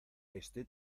estoy